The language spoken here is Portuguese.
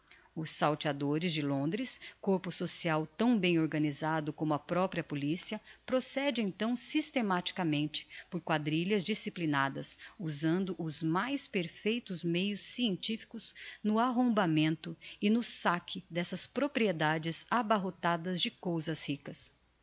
os salteadores de londres corpo social tão bem organisado como a propria policia procede então systematicamente por quadrilhas disciplinadas usando os mais perfeitos meios scientificos no arrombamento e no saque d'essas propriedades abarrotadas de cousas ricas